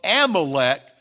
Amalek